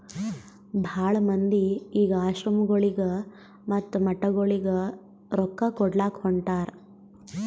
ಭಾಳ ಮಂದಿ ಈಗ್ ಆಶ್ರಮಗೊಳಿಗ ಮತ್ತ ಮಠಗೊಳಿಗ ರೊಕ್ಕಾ ಕೊಡ್ಲಾಕ್ ಹೊಂಟಾರ್